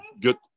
good